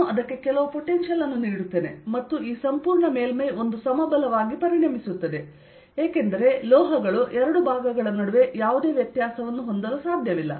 ನಾನು ಅದಕ್ಕೆ ಕೆಲವು ಪೊಟೆನ್ಶಿಯಲ್ ಅನ್ನು ನೀಡುತ್ತೇನೆ ಮತ್ತು ಈ ಸಂಪೂರ್ಣ ಮೇಲ್ಮೈ ಒಂದು ಸಮಬಲವಾಗಿ ಪರಿಣಮಿಸುತ್ತದೆ ಏಕೆಂದರೆ ಲೋಹಗಳು ಎರಡು ಭಾಗಗಳ ನಡುವೆ ಯಾವುದೇ ವ್ಯತ್ಯಾಸವನ್ನು ಹೊಂದಲು ಸಾಧ್ಯವಿಲ್ಲ